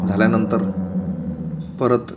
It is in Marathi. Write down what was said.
झाल्यानंतर परत